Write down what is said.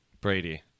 Brady